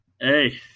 Hey